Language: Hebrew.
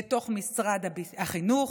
לתוך משרד החינוך,